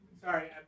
Sorry